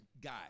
guy